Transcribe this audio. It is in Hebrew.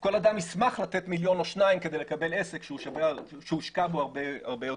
כל אדם ישמח לתת מיליון או שניים כדי לקבל עסק שהושקע בו הרבה יותר.